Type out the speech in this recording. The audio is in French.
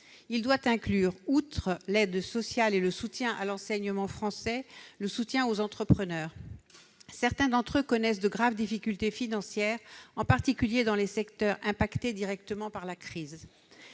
Il doit inclure, outre l'aide sociale et le soutien à l'enseignement français, le soutien aux entrepreneurs. Certains d'entre eux connaissent de graves difficultés financières, en particulier dans les secteurs impactés directement par la crise.